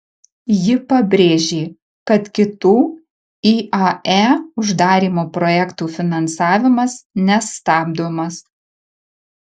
ji pabrėžė kad kitų iae uždarymo projektų finansavimas nestabdomas